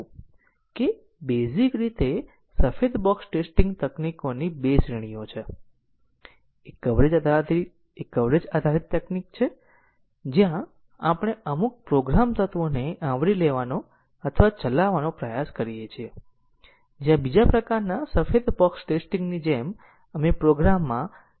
તેથી જો આપણે આ પ્રકારના સ્ટેટમેન્ટોને અનુરૂપ ફલો દોરી શકીએ તો CFGમાં જરૂરી ધાર હશે આ પ્રકારના સ્ટેટમેન્ટો માટે ફલોનો ગ્રાફ કંટ્રોલ કરો પછી આપણે પ્રોગ્રામને જોઈ શકીએ છીએ અને દરેક સ્ટેટમેન્ટ માટે આપણે કોઈપણ આર્બીટરી પ્રેગ્રામ આપતાં ધાર દોરી શકીએ છીએ જે CFG દોરવા માટે સક્ષમ હોવા જોઈએ